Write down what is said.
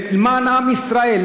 למען עם ישראל,